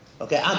Okay